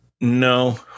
No